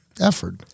effort